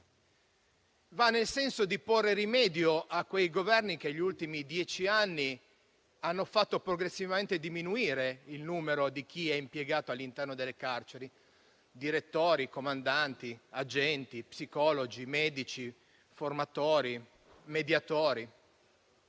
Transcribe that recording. nel senso di porre rimedio all'operato di quei Governi che negli ultimi dieci anni hanno fatto progressivamente diminuire il numero di chi è impiegato all'interno delle carceri (direttori, comandanti, agenti, psicologi, medici, formatori, mediatori).